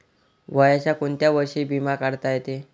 वयाच्या कोंत्या वर्षी बिमा काढता येते?